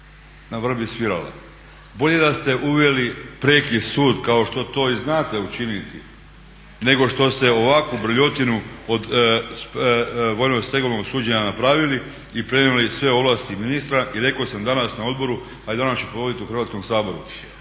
na vrbi svirala. Bolje da ste uveli prijeki sud kao što to i znate učiniti nego što ste ovakvu brljotinu od vojnostegovnog suđenja napravili i prenijeli sve ovlasti na ministra. I rekao sam danas na odboru, a i danas ću ponoviti u Hrvatskom saboru